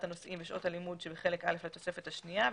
הנושאים ושעות הלימוד שבחלק א' לתוספת השנייה,